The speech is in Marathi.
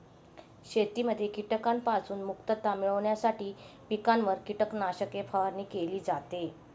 शेतीमध्ये कीटकांपासून मुक्तता मिळविण्यासाठी पिकांवर कीटकनाशके फवारणी केली जाते